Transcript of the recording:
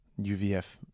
UVF